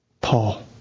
Paul